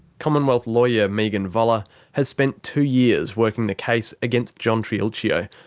commonwealth lawyer megan voller has spent two years working the case against john triulcio.